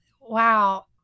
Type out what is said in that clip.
Wow